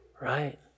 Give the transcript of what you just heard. Right